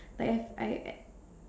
life I I